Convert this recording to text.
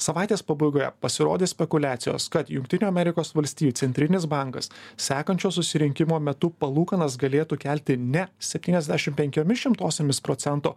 savaitės pabaigoje pasirodė spekuliacijos kad jungtinių amerikos valstijų centrinis bankas sekančio susirinkimo metu palūkanas galėtų kelti ne septyniasdešim penkiomis šimtosiomis procento